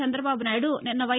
చంద్రబాబునాయుడు నిన్న వై